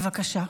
בבקשה.